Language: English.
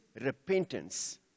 repentance